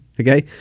Okay